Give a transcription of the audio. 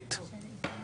לא עבר.